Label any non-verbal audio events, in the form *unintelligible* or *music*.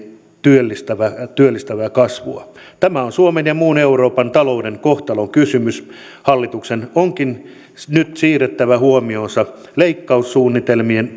työllistävää työllistävää kasvua tämä on suomen ja muun euroopan talouden kohtalonkysymys hallituksen onkin nyt siirrettävä huomionsa leikkaussuunnitelmien *unintelligible*